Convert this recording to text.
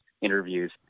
interviews